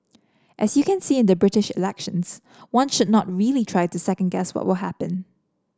as you can see in the British elections one should not really try to second guess what will happen